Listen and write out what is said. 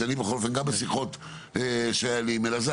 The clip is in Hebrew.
אני בכל אופן גם בשיחות שהיה לי עם אלעזר,